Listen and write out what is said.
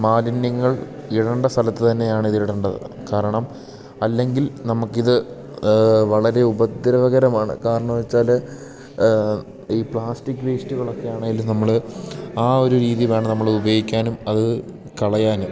മാലിന്യങ്ങൾ ഇടേണ്ട സ്ഥലത്ത് തന്നെയാണ് ഇതിടേണ്ടത് കാരണം അല്ലെങ്കിൽ നമുക്കിത് വളരെ ഉപദ്രവകരമാണ് കാരണം വെച്ചാൽ ഈ പ്ലാസ്റ്റിക് വേസ്റ്റുകളൊക്കെ ആണെങ്കിലും നമ്മൾ ആ ഒരു രീതിയിൽ വേണം നമ്മൾ ഉപയോഗിക്കാനും അത് കളയാനും